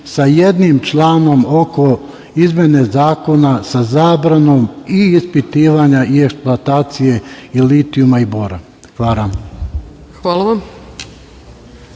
sa jednim članom oko izmene zakona sa zabranom i ispitivanja i eksploatacije i litijuma i bora. Hvala.